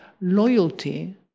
loyalty